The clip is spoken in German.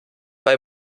bei